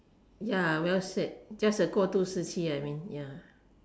ya well said just a 过度时期 I mean ya